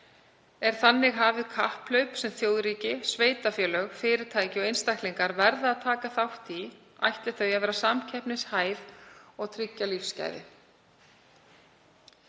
Er þannig hafið kapphlaup sem þjóðríki, sveitarfélög, fyrirtæki og einstaklingar verða að taka þátt í ætli þau að vera samkeppnishæf og tryggja lífsgæði.